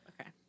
Okay